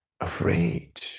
afraid